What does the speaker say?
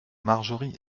marjorie